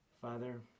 Father